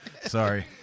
Sorry